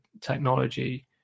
technology